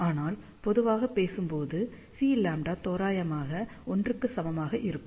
ஆனால் பொதுவாக பேசும்போது Cλ தோராயமாக 1 க்கு சமமாக இருக்கும்